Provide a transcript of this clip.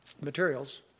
materials